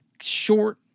short